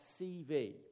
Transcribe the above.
CV